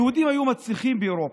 היהודים היו מצליחים באירופה,